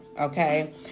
okay